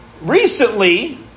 Recently